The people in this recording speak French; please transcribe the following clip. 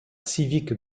civique